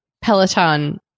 Peloton